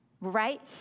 Right